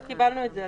קיבלנו את זה.